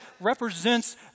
represents